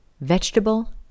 Vegetable